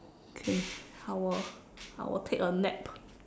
okay I will I will take a nap